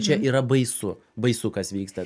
čia yra baisu baisu kas vyksta